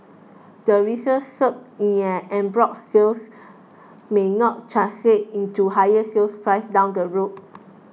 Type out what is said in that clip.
the recent surge in en bloc sales may not translate into higher sale prices down the road